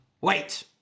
Wait